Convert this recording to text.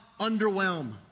underwhelm